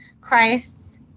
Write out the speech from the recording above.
Christ